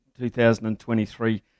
2023